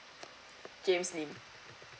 james lim